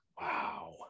Wow